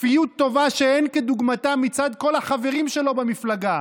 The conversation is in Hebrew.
כפיות טובה שאין כדוגמתה מצד כל החברים שלו במפלגה,